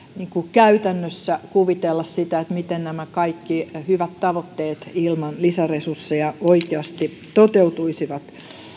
käytännössä kuvitella sitä miten nämä kaikki hyvät tavoitteet ilman lisäresursseja oikeasti toteutuisivat